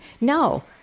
No